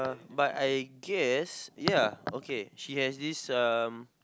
but I guess ya okay she has this um